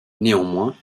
néanmoins